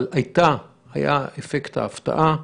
אבל היה אפקט ההפתעה,